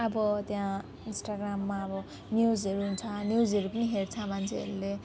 अब त्यहाँ इन्स्टाग्राममा अब न्युजहरू हुन्छ न्युजहरू पनि हेर्छ मान्छेहरूले